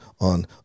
on